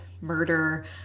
murder